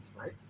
right